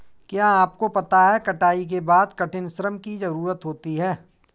क्या आपको पता है कटाई के बाद कठिन श्रम की ज़रूरत होती है?